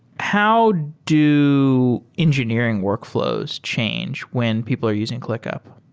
how do engineering workfl ows change when people are using clickup?